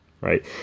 right